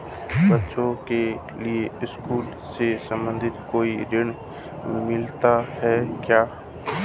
बच्चों के लिए स्कूल से संबंधित कोई ऋण मिलता है क्या?